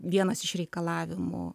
vienas iš reikalavimų